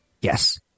Yes